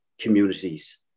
communities